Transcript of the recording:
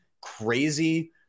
crazy